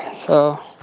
so